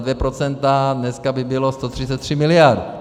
2 % dneska by bylo 133 mld.